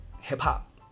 hip-hop